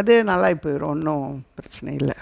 அதே நல்லாகி போயிடும் ஒன்றும் பிரச்சினையில்ல